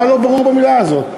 מה לא ברור במילה הזאת?